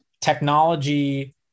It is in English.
technology